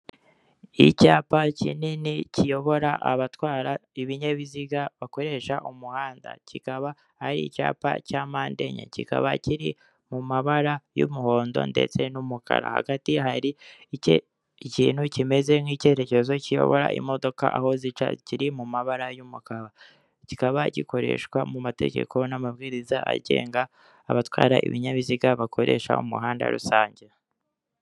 Icyapa kinini kiyobora abatwara abakoresha ibinyabiziga bakoresha umuhanda, kikaba ari icyapa cya mpande inye, kikaba kiri mu amabara y'umuhondo ndetse n'umukara, ahagati hari ikintu kimeze nk'icyerekezo kiyobora imodoka aho zica kiri mumabara y'umukara, kikaba gikoreshwa mu amategeko n'amabwiriza agenga batwara ibinyabiziga bakoresha umuhanda rusange.